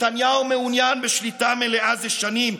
נתניהו מעוניין בשליטה מלאה זה שנים,